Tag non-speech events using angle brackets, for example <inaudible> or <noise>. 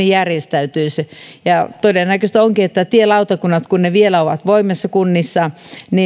<unintelligible> järjestäytyisi todennäköistä onkin että tielautakunnat kun ne vielä ovat voimassa kunnissa